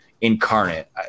incarnate